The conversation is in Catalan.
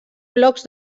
blocs